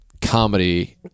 comedy